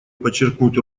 подчеркнуть